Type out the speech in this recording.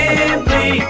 Simply